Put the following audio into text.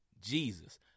Jesus